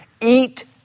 Eat